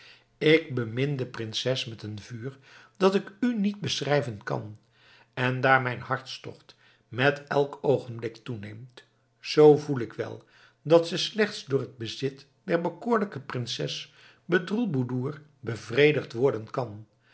ik bemin de prinses met een vuur dat ik u niet beschrijven kan en daar mijn hartstocht met elk oogenblik toeneemt zoo voel ik wel dat ze slechts door het bezit der bekoorlijke prinses bedroelboedoer bevredigd worden kan